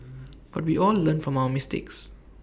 but we all learn from our mistakes